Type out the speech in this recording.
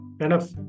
enough